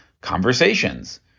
conversations